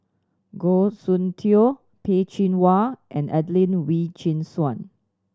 Goh Soon Tioe Peh Chin Hua and Adelene Wee Chin Suan